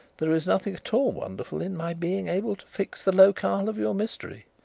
there is nothing at all wonderful in my being able to fix the locale of your mystery.